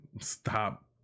stop